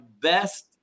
best